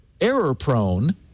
error-prone